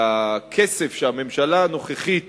לכסף שהממשלה הנוכחית